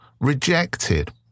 rejected